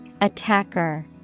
Attacker